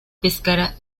pescara